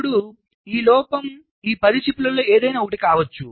ఇప్పుడు ఈ లోపం ఈ 10 చిప్లలో ఏదైనా ఒకటి కావచ్చు